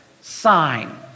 sign